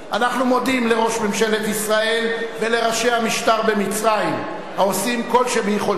אנחנו מודים לראש ממשלת ישראל ולראשי המשטר במצרים העושים כל שביכולתם,